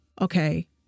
Okay